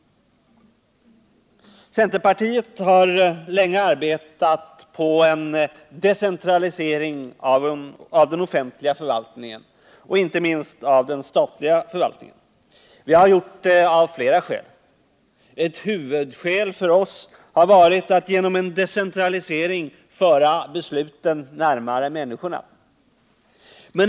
Centerpartiet har länge arbetat på en decentralisering av den offentliga förvaltningen och inte minst av den statliga förvaltningen. Vi har gjort det av flera skäl. Ett huvudskäl för oss har varit att man genom en decentralisering kan föra besluten närmare människorna.